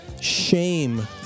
shame